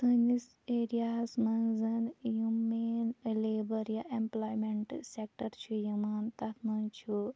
سٲنِس ایرِیاہَس منٛز یِم مین لیبَر یا ایٚمپُلایمنٛٹہٕ سیکٹر چھِ یِوان تَتھ منٛز چھُ